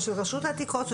או של רשות העתיקות,